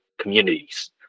communities